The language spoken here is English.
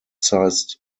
sized